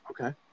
Okay